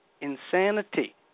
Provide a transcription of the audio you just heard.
insanity